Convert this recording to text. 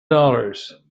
dollars